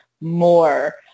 more